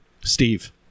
steve